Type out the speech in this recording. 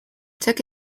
took